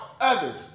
others